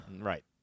Right